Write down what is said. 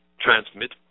transmit